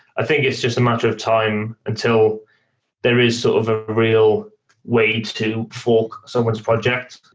i think it's just a matter of time until there is sort of a real way to form someone's project.